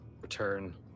return